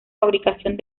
fabricación